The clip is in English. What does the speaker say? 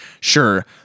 sure